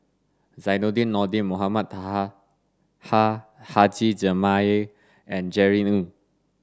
Zainudin Nordin Mohamed Taha Ha Haji Jamil and Jerry Ng